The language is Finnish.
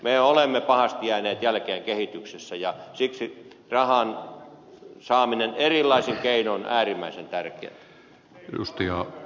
me olemme pahasti jääneet jälkeen kehityksessä ja siksi rahan saaminen erilaisin keinoin on äärimmäisen tärkeää